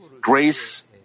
grace